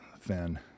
thin